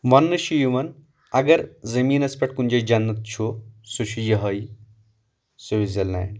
وَننہٕ چھُ یِوان اَگر زمیٖنس پٮ۪ٹھ کُنہِ جایہِ جنت چھُ سُہ چھُ یِہوے سوئٹزرلینڈ